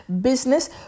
business